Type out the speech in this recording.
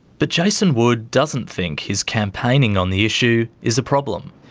but jason wood doesn't think his campaigning on the issue is a problem.